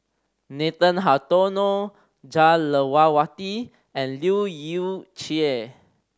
Nathan Hartono Jah Lelawati and Leu Yew Chye